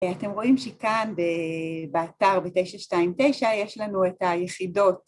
אתם רואים שכאן באתר ב-929, יש לנו את היחידות